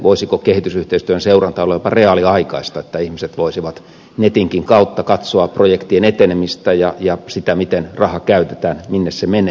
voisiko kehitysyhteistyön seuranta olla jopa reaaliaikaista niin että ihmiset voisivat netinkin kautta katsoa projektien etenemistä ja sitä miten raha käytetään minne se menee